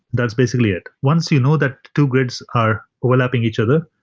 that's basically it. once you know that two grids are overlapping each other,